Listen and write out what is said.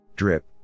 Drip